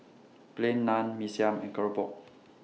Plain Naan Mee Siam and Keropok